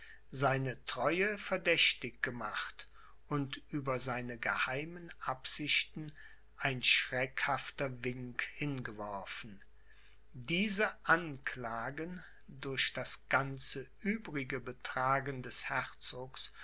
seine treue verdächtig gemacht und über seine geheimen absichten ein schreckhafter wink hingeworfen diese anklagen durch das ganze übrige betragen des herzogs